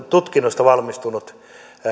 tutkinnosta valmistunut